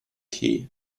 key